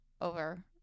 over